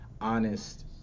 honest